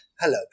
hello